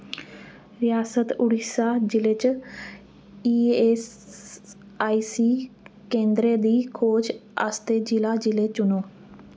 रियासत उड़ीसा जि'ले च ईऐस्सआईसी केंदरें दी खोज आस्तै जि'ला जि'ले चुनो